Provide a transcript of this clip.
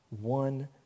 one